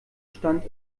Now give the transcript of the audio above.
stand